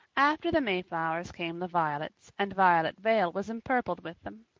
after the mayflowers came the violets, and violet vale was empurpled with them.